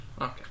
okay